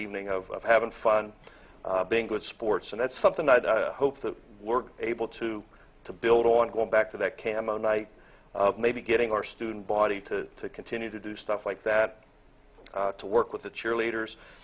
evening of having fun being good sports and that's something that i hope to we're able to to build on going back to that cameo night maybe getting our student body to continue to do stuff like that to work with the cheerleaders